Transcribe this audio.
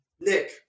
Nick